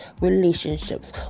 relationships